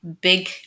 big